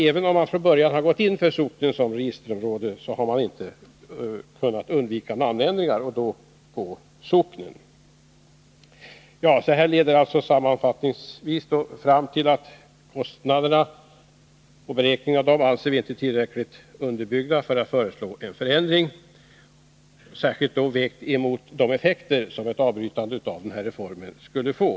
Även om man från början gått in för socknen som registerområde hade man alltså inte kunnat undvika namnändringar, då på socknen. Utskottet anser alltså sammanfattningsvis att beräkningarna av kostnaderna inte är tillräckligt underbyggda för att man skall kunna föreslå en förändring, särskilt vägt mot de effekter som ett avbrytande av reformen skulle få.